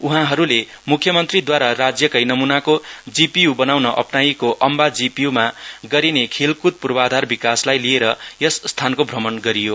उहाँहरूले मुख्यमन्त्रीद्वारा राज्यकै नमुनाको जीपीयू बनाउन अप्नाइएको अम्बा जीपीयू मा गरिने खेलकृद पूर्वाधार विकासलाई लिएर यस स्थानको भ्रमण गरियो